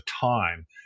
time